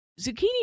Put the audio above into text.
Zucchini